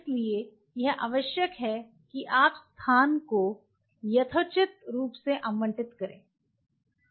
इसलिए यह आवश्यक है कि आप स्थान को यथोचित रूप से आवंटित करें